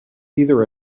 either